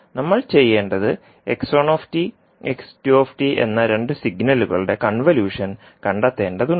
നമ്മൾ ചെയ്യേണ്ടത് എന്ന 2 സിഗ്നലുകളുടെ കൺവല്യൂഷൻ കണ്ടെത്തേണ്ടതുണ്ട്